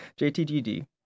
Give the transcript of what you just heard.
JTGD